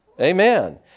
Amen